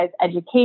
education